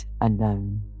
alone